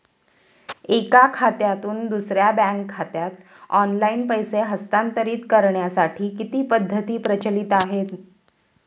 एका खात्यातून दुसऱ्या बँक खात्यात ऑनलाइन पैसे हस्तांतरित करण्यासाठी किती पद्धती प्रचलित आहेत?